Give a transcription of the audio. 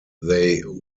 they